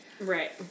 right